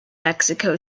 mexico